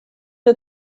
der